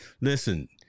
listen